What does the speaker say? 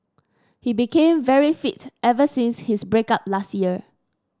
he became very fit ever since his break up last year